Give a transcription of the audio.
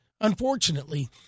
Unfortunately